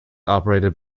operated